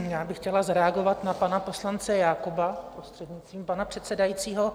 Já bych chtěla zareagovat na pana poslance Jákoba, prostřednictvím pana předsedajícího...